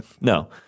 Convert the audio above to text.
No